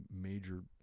major